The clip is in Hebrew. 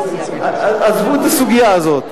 עזבו את הסוגיה הזאת.